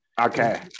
Okay